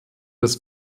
des